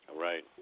Right